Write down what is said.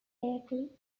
berkeley